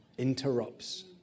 interrupts